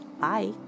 Bye